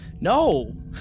no